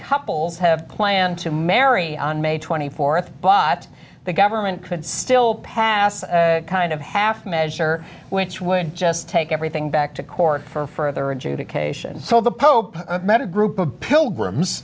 couples have planned to marry on may twenty fourth bot the government could still pass a kind of half measure which would just take everything back to court for further adjudication so the pope met a group of